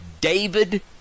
David